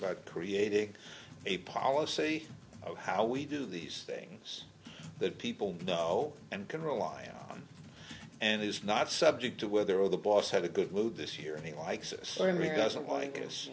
about creating a policy of how we do these things that people know and can rely on and is not subject to weather or the boss had a good mood this year and he likes certainly doesn't like us